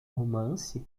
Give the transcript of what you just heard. romance